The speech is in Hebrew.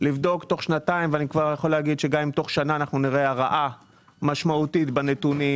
וגם אם נראה תוך שנה הרעה משמעותית בנתונים